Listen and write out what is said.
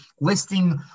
listing